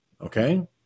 Okay